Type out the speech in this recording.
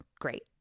great